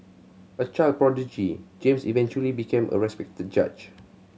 a child prodigy James eventually became a respected judge